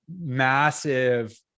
massive